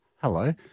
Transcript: Hello